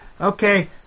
Okay